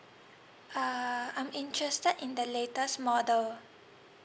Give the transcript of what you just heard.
uh I'm interested in the latest model